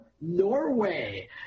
Norway